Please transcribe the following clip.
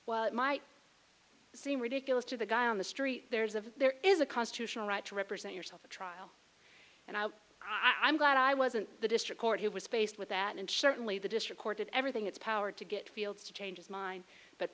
while it might seem ridiculous to the guy on the street there's a there is a constitutional right to represent yourself to trial and i'm glad i wasn't the district court who was faced with that and shortly the district court did everything its power to get fields to change its mind but